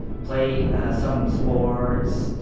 play some sports,